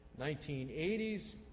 1980s